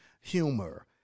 humor